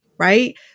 Right